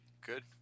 Good